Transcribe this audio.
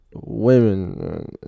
women